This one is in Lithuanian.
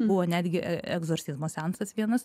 buvo netgi egzorcizmo seansas vienas